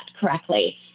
correctly